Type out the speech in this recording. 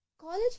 College